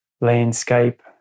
landscape